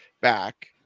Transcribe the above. back